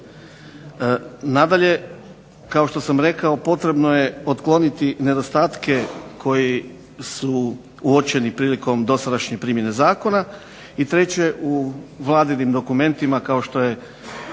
Nadalje, kao što sam rekao potrebno je otkloniti nedostatke koji su uočeni prilikom dosadašnje primjene zakona. I treće, u Vladinim dokumentima kao što je